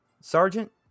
Sergeant